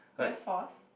very forced